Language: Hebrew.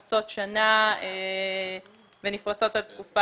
קצבת הזקנה משולמת דרך התקציב של המוסד לביטוח